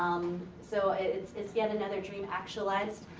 so it's it's yet another dream actualized.